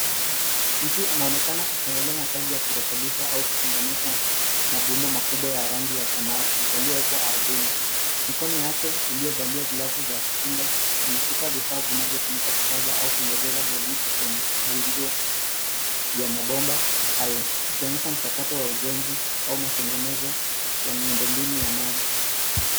Mtu anaonekana akiendelea na kazi ya kurekebisha au kuunganisha mabomba makubwa ya rangi ya samawati yaliyowekwa ardhini ,mikono yake iliyovalia glavu za kinga inashika vifaa vinavyotumika kukaza au kulegeza ya mabomba hayo ikionyesha mchakato wa ujenzi au matengenezo ya miundo mbinu ya maji.